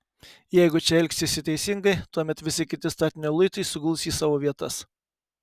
jeigu čia elgsiesi teisingai tuomet visi kiti statinio luitai suguls į savo vietas